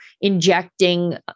injecting